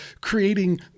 creating